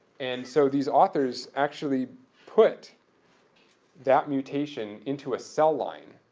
and so, these authors actually put that mutation into a cell line,